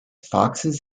foxes